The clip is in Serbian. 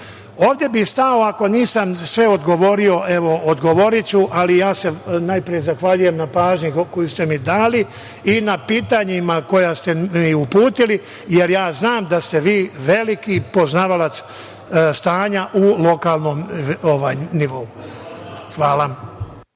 delu. Ovde bih stao. Ako nisam sve odgovorio, evo, odgovoriću, ali ja se najpre zahvaljujem na pažnji koju ste mi dali i na pitanjima koja ste mi uputili, jer ja znam da ste vi veliki poznavalac stanja u lokalnom nivou. Hvala.